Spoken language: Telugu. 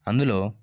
అందులో